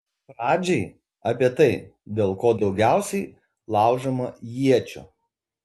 pradžiai apie tai dėl ko daugiausiai laužoma iečių